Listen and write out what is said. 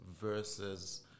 versus